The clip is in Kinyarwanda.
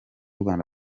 rwanda